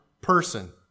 person